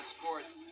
sports